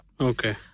Okay